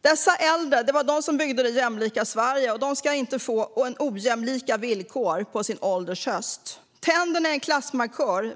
Dessa äldre var de som byggde det jämlika Sverige. De ska inte få ojämlika villkor på sin ålders höst. Tänderna är en klassmarkör.